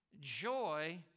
Joy